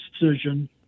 decision